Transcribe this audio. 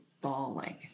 bawling